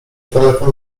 telefon